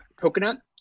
coconut